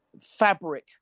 fabric